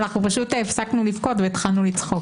אנחנו פשוט הפסקנו לבכות והתחלנו לצחוק.